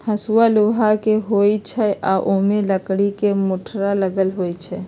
हसुआ लोहा के होई छई आ ओमे लकड़ी के मुठरा लगल होई छई